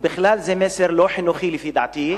ובכלל, זה מסר לא חינוכי, לפי דעתי,